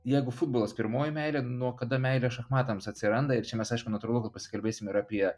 jeigu futbolas pirmoji meilė nuo kada meilė šachmatams atsiranda ir čia mes aišku natūralu kad pasikalbėsim ir apie